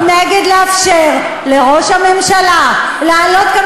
אנחנו נגד לאפשר לראש הממשלה לעלות כאן